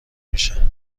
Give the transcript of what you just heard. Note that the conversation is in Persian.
میشه